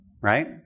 right